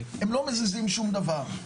הם לא מזיזים שום דבר,